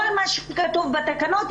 כל מה שכתוב בתקנות,